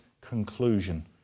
conclusion